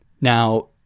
Now